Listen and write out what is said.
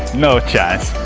no chance